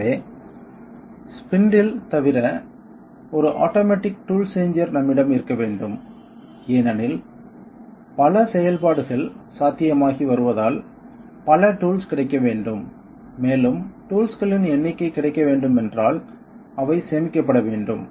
எனவே ஸ்பிண்டில் தவிர ஒரு ஆட்டோமேட்டிக் டூல் சேஞ்சர் நம்மிடம் இருக்க வேண்டும் ஏனெனில் பல செயல்பாடுகள் சாத்தியமாகி வருவதால் பல டூல்ஸ் கிடைக்க வேண்டும் மேலும் டூல்ஸ்களின் எண்ணிக்கை கிடைக்க வேண்டுமென்றால் அவை சேமிக்கப்பட வேண்டும்